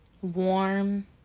warm